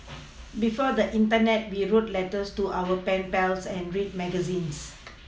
before the Internet we wrote letters to our pen pals and read magazines